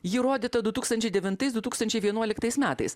ji rodyta du tūkstančiai devintais du tūkstančiai vienuoliktais metais